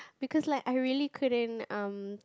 because like I really couldn't um